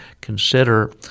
consider